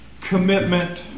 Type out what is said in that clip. commitment